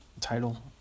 title